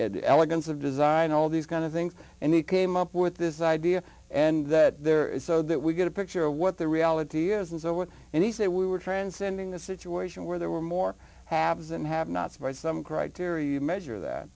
elegance of design all these kind of things and he came up with this idea and that there is so that we get a picture of what the reality is and so what he said we were transcending the situation where there were more haves and have nots by some criteria you measure that